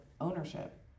ownership